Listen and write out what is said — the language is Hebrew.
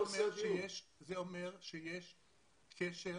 שיש קשר.